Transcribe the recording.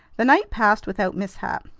the night passed without mishap.